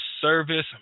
service